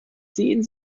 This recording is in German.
sehen